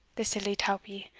the silly tawpie,